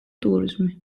ტურიზმი